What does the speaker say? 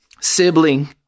sibling